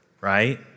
right